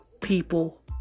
people